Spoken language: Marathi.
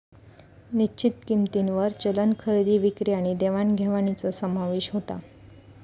निश्चित किंमतींवर चलन खरेदी विक्री आणि देवाण घेवाणीचो समावेश होता